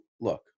Look